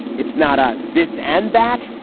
it's not a this and that.